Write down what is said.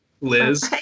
Liz